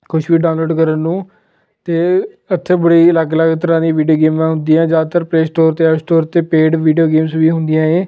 ਕੁਛ ਵੀ ਡਾਊਨਲੋਡ ਕਰਨ ਨੂੰ ਅਤੇ ਇੱਥੇ ਬੜੀ ਅਲੱਗ ਅਲੱਗ ਤਰ੍ਹਾਂ ਦੀਆਂ ਵੀਡੀਓ ਗੇਮਾਂ ਹੁੰਦੀਆਂ ਜ਼ਿਆਦਾਤਰ ਪਲੇਅ ਸਟੋਰ ਅਤੇ ਐਪ ਸਟੋਰ 'ਤੇ ਪੇਡ ਵੀਡੀਓ ਗੇਮਸ ਵੀ ਹੁੰਦੀਆਂ ਹੈ